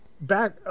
back